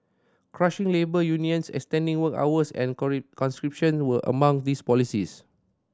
crushing labour unions extending work hours and conscription were among these policies